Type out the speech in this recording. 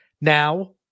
Now